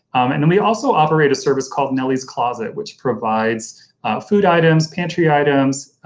and and we also operate a service called nellie's closet which provides food items, pantry items,